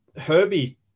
Herbie